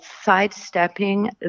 sidestepping